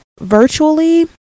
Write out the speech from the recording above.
Virtually